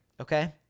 okay